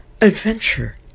adventure